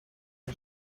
car